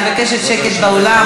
אני מבקשת שקט באולם.